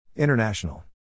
International